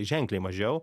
ženkliai mažiau